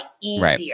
easier